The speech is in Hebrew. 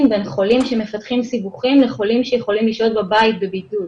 בין חולים שמפתחים סיבוכים לחולים שיכולים לשהות בבית בבידוד.